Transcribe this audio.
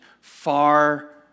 far